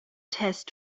test